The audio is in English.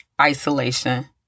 isolation